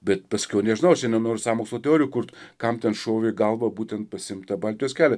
bet paskiau nežinau aš čia nenoriu sąmokslo teorijų kurt kam ten šovė į galvą būtent pasiimt tą baltijos kelią